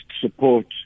support